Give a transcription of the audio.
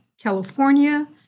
California